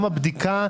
גם הבדיקה.